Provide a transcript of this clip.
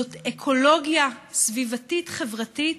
זאת אקולוגיה סביבתית-חברתית,